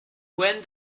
when